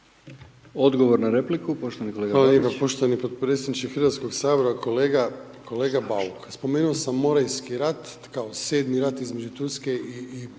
Odgovor na repliku, poštovani kolega Babić.